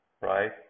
right